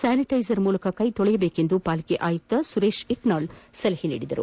sanitiser ಮೂಲಕ ಕೈತೊಳೆಯಬೇಕು ಎಂದು ಪಾಲಿಕೆ ಅಯುಕ್ತ ಸುರೇಶ್ ಇಟ್ನಾಳ್ ಸಲಹೆ ನೀಡಿದರು